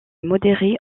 modérés